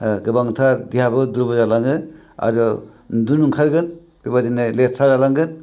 गोबांथार देहायाबो दुरबल जालाङो आरो उन्दुनो ओंखारगोन बेबायदिनो लेथ्रा जालांगोन